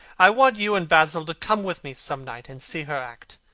i want you and basil to come with me some night and see her act.